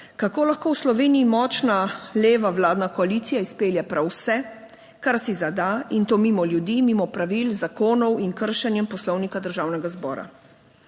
kako lahko v Sloveniji močna leva vladna koalicija izpelje prav vse, kar si zada in to mimo ljudi, mimo pravil zakonov in kršenjem poslovnika državnega zbora.